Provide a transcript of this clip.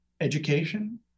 education